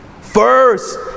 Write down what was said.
First